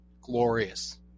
Glorious